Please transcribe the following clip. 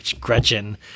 Gretchen